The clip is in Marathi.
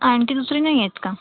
आणखी दुसरी नाही आहेत का